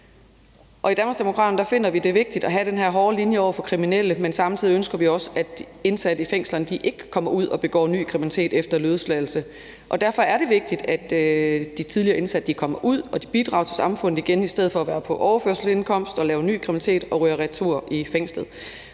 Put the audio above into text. finder vi, at det er vigtigt at have den her hårde linje over for kriminelle, men samtidig ønsker vi også, at de indsatte i fængslerne ikke kommer ud og begår ny kriminalitet efter en løsladelse. Derfor er det vigtigt, at de tidligere indsatte kommer ud, og at de bidrager til samfundet igen i stedet for at være på overførselsindkomst og lave ny kriminalitet og de ryger retur i fængslet.